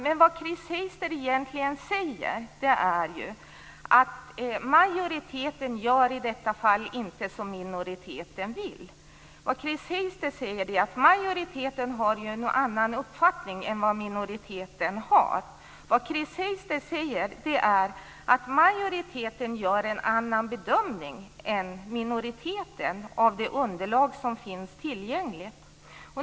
Men vad Chris Heister egentligen säger är ju att majoriteten i detta fall inte gör som minoriteten vill. Vad Chris Heister säger är att majoriteten har en annan uppfattning än vad minoriteten har. Vad Chris Heister säger är att majoriteten gör en annan bedömning än minoriteten av det underlag som finns tillgängligt.